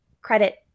Credit